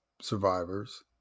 survivors